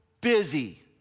busy